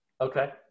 Okay